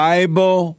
Bible